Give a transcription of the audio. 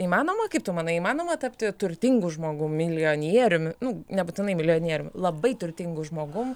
įmanoma kaip tu manai įmanoma tapti turtingu žmogumi milijonieriumi nu nebūtinai milijonieriumi labai turtingu žmogum